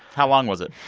how long was it?